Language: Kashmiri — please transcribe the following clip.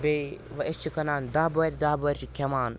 بیٚیہِ وۄنۍ أسۍ چھِ کٕنان دَہ بۄبرِ دَہ بۄہرِ چھِ کھیٚوان